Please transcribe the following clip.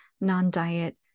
non-diet